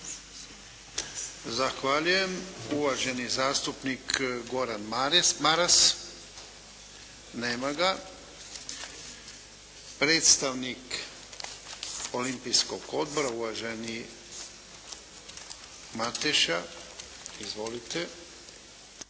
Zahvaljujem. Uvaženi zastupnik Goran Maras. Nema ga. Predstavnik Olimpijskog odbora uvaženi Mateša. Izvolite.